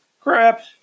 Crap